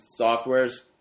softwares